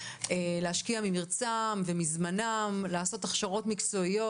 שבוחרים להשקיע ממרצם ומזמנם לעשות הכשרות מקצועיות.